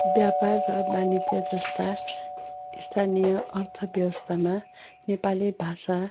व्यापार र वाणिज्यजस्ता स्थानीय अर्थव्यवस्थामा नेपाली भाषा